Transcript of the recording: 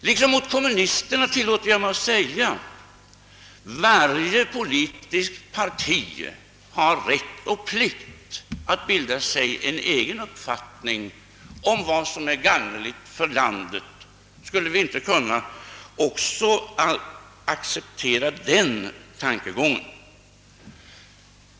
Liksom i polemik med kommunisterna tillåter jag mig säga: Varje politiskt parti har rätt och plikt att bilda sig en egen uppfattning om vad som är gagneligt för landet. Skulle vi inte kunna acceptera den tankegången?